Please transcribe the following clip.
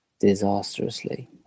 Disastrously